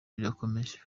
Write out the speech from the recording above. irakomeza